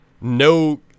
no